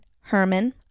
Herman